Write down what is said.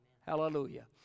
Hallelujah